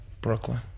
Brooklyn